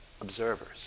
observers